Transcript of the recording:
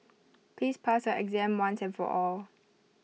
please pass your exam once and for all